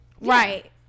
Right